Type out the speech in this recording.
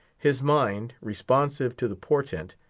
his mind, responsive to the portent,